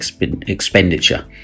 expenditure